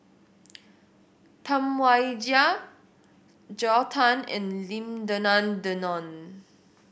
Tam Wai Jia Joel Tan and Lim Denan Denon